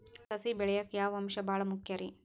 ಸಸಿ ಬೆಳೆಯಾಕ್ ಯಾವ ಅಂಶ ಭಾಳ ಮುಖ್ಯ ರೇ?